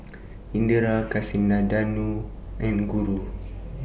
Indira Kasinadhuni and Guru